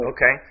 Okay